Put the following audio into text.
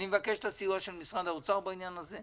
אני מבקש את הסיוע של משרד האוצר בעניין הזה.